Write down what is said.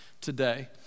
today